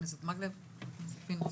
גברתי היושבת-ראש,